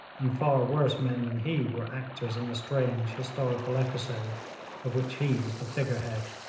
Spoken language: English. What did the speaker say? and far worse men than he were actors in the strange historical episode of which he was the figurehead.